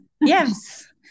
Yes